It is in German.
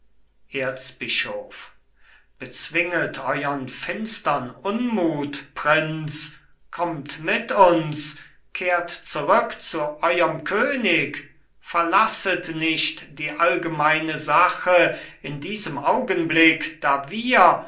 erzbischof bezwinget euern finstern unmut prinz kommt mit uns kehrt zurück zu euerm könig verlasset nicht die allgemeine sache in diesem augenblick da wir